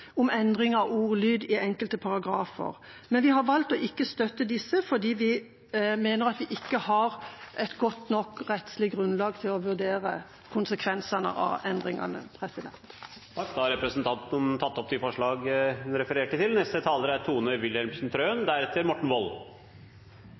om endring av ordlyd i enkelte paragrafer, men vi har valgt ikke å støtte disse fordi vi mener at vi ikke har et godt nok rettslig grunnlag til å vurdere konsekvensene av endringene. Da har representanten Kari Henriksen tatt opp det forslaget hun refererte til.